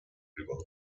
river